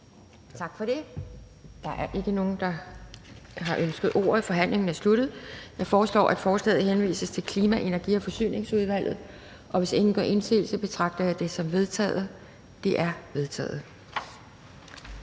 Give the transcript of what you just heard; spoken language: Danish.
Tak for det. Der er ikke flere, der har ønsket ordet, så forhandlingen er sluttet. Jeg foreslår, at forslaget til folketingsbeslutning henvises til Klima-, Energi- og Forsyningsudvalget, og hvis ingen gør indsigelse, betragter det som vedtaget. Det er vedtaget.